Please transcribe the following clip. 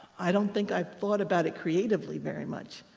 i don't think i've thought about it creatively very much.